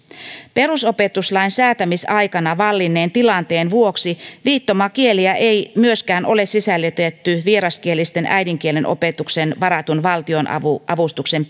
perusopetuslain säätämisaikana vallinneen tilanteen vuoksi viittomakieliä ei myöskään ole sisällytetty vieraskielisten äidinkielen opetukseen varatun valtionavustuksen